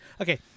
Okay